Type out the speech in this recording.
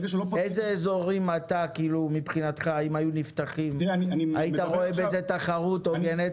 באיזה אזורים אתה מבחינתך אם היו נפתחים היית רואה בזה תחרות הוגנת?